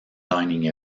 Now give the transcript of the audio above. dining